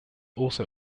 also